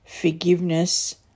forgiveness